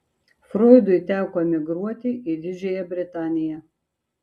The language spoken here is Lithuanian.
froidui teko emigruoti į didžiąją britaniją